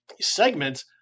segments